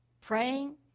praying